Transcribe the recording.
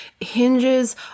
hinges